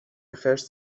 خرس